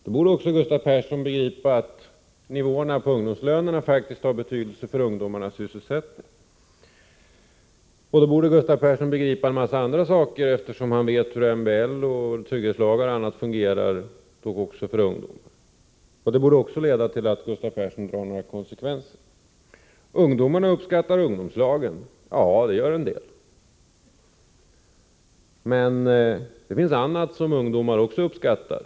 Då borde också Gustav Persson begripa att nivåerna på ungdomslönerna faktiskt har betydelse för ungdomarnas sysselsättning. Gustav Persson borde också begripa många andra saker, eftersom han också vet hur MBL och trygghetslagar och annat fungerar. Det borde också leda till att Gustav Persson borde dra några konsekvenser. Ungdomarna uppskattar ungdomslagen, sade Gustav Persson. Ja, det gör en del av dem, men det finns även annat som ungdomar uppskattar.